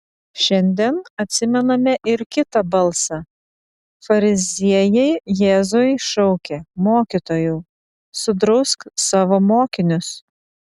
šiandien atsimename ir kitą balsą fariziejai jėzui šaukė mokytojau sudrausk savo mokinius